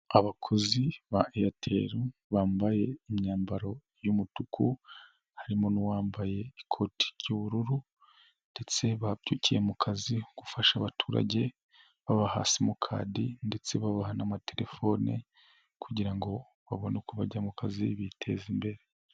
Abakozi ba Airtel, bambaye imyambaro y'umutuku, harimo wambaye ikoti ry'ubururu ndetse babyukiye mu kazi, gufasha abaturage, baaha simukadi ndetse babaha n'amaterefone kugira ngo babone uko bajya mu kazi, biteza imbere.